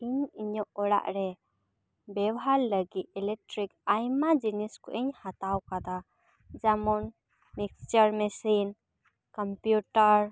ᱤᱧ ᱤᱧᱟᱹᱜ ᱚᱲᱟᱜ ᱨᱮ ᱵᱮᱣᱦᱟᱨ ᱞᱟᱹᱜᱤᱫ ᱤᱞᱮᱠᱴᱨᱤᱠ ᱟᱭᱢᱟ ᱡᱤᱱᱤᱥ ᱠᱚᱭᱤᱧ ᱦᱟᱛᱟᱣ ᱟᱠᱟᱫᱟ ᱡᱮᱢᱚᱱ ᱢᱤᱠᱥᱪᱟᱨ ᱢᱮᱥᱤᱱ ᱠᱚᱢᱯᱤᱭᱩᱴᱟᱨ